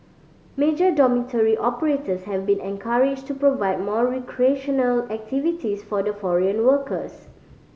major dormitory operators have been encouraged to provide more recreational activities for the foreign workers